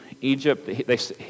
Egypt